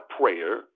prayer